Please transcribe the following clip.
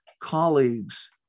colleagues